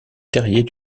terrier